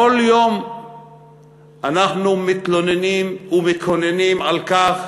כל יום אנחנו מתלוננים ומקוננים על כך